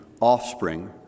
offspring